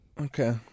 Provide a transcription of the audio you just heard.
Okay